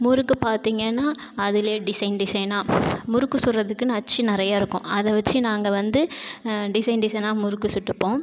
முறுக்கு பார்த்தீங்கன்னா அதிலியே டிசைன் டிசைனாக முறுக்கு சுடுறதுக்குன்னு அச்சு நிறைய இருக்கும் அதைவச்சு நாங்கள் வந்து டிசைன் டிசைனாக முறுக்கு சுட்டுப்போம்